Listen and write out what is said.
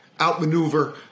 outmaneuver